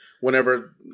whenever